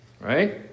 right